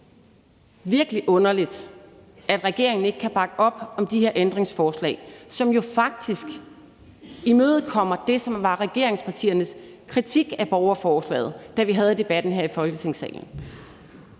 virkelig underligt – at regeringen ikke kan bakke op om de her ændringsforslag, som jo faktisk imødekommer det, som var regeringspartiernes kritik af borgerforslaget, da vi havde debatten her i Folketingssalen.